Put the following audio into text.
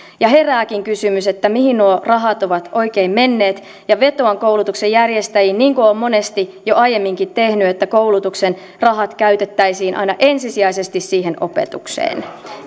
herääkin kysymys mihin nuo rahat ovat oikein menneet ja vetoan koulutuksen järjestäjiin niin kuin olen monesti jo aiemminkin tehnyt että koulutuksen rahat käytettäisiin aina ensisijaisesti siihen opetukseen